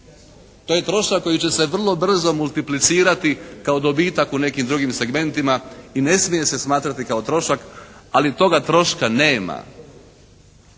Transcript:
To je trošak koji će se vrlo brzo multiplicirati kao gubitak u nekim drugim segmentima i ne smije se smatrati kao trošak, ali toga troška nema.